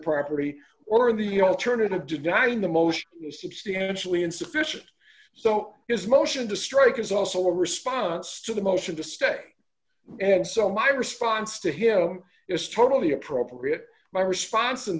property or the alternative denying the most substantially insufficient so his motion to strike is also a response to the motion to stay and so my response to him is totally appropriate my response and